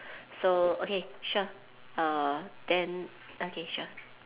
so okay sure err then okay sure